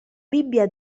bibbia